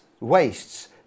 wastes